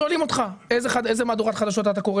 שואלים אותך: איזה מהדורת חדשות אתה רואה,